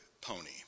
pony